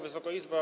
Wysoka Izbo!